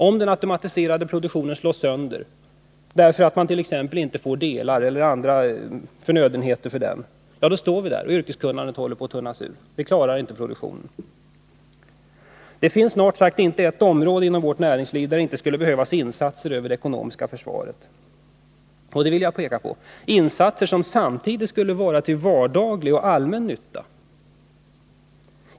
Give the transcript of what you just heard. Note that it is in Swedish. Om den automatiserade produktionen slås sönder, därför att man exempelvis inte får delar eller andra förnödenheter för den, då står vi där. Vi klarar inte en egen produktion. Det finns snart sagt inte ett område av vårt näringsliv där det inte skulle behövas insatser över det ekonomiska försvaret. Det gäller insatser som samtidigt skulle komma till vardaglig och allmän nytta.